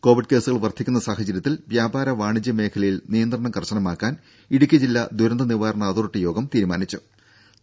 Covid കേസുകൾ വർധിക്കുന്ന സാഹചര്യത്തിൽ വ്യാപാര വാണിജ്യ മേഖലയിൽ നിയന്ത്രണം കർശനമാക്കാൻ ഇടുക്കി ജില്ലാ ദുരന്ത നിവാരണ അതോറിറ്റി യോഗം തീരുമാനിച്ചിട്ടുണ്ട്